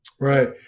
Right